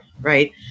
Right